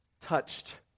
touched